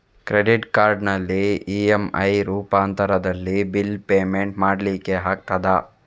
Credit ಕಾರ್ಡಿನಲ್ಲಿ EMI ರೂಪಾಂತರದಲ್ಲಿ bill payment ಮಾಡ್ಲಿಕ್ಕೆ ಆಗ್ತದ?